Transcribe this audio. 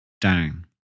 down